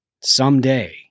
someday